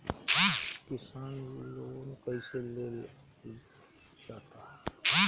किसान लोन कईसे लेल जाला?